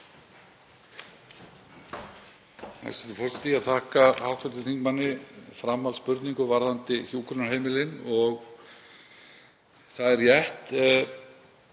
það er rétt,